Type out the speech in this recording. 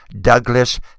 Douglas